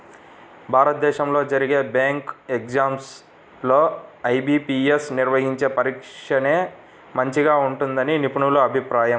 భారతదేశంలో జరిగే bank exams లో ఐ.బీ.పీ.యస్ నిర్వహించే పరీక్షనే మంచిగా ఉంటుందని నిపుణుల అభిప్రాయం